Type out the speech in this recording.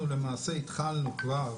אנחנו למעשה התחלנו כבר